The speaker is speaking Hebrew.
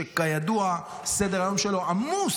שכידוע סדר-היום שלו עמוס,